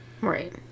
Right